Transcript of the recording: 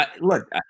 Look